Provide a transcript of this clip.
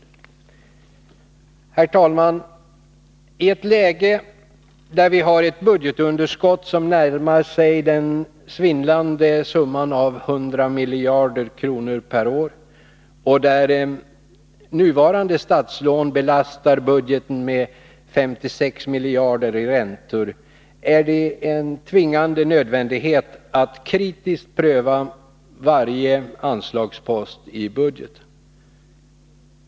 åtgärder inom Herr talman! I ett läge där vi har ett budgetunderskott som närmar sig den svindlande summan av 100 miljarder kronor per år och där nuvarande lån belastar budgeten med 56 miljarder kronor i räntor, är det en tvingande nödvändighet att kritiskt pröva varje anslagspost i budgeten.